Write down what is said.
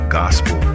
gospel